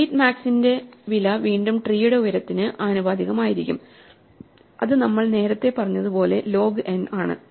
delete മാക്സിൻറെ വില വീണ്ടും ട്രീയുടെ ഉയരത്തിന് ആനുപാതികമായിരിക്കും അത് നമ്മൾ നേരത്തെ പറഞ്ഞതുപോലെ ലോഗ് എൻ ആണ്